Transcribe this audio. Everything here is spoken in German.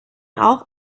auch